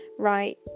right